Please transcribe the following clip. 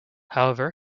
however